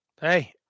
Hey